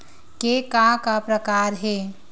के का का प्रकार हे?